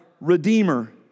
redeemer